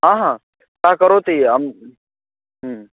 आ हा तां करोमि अहं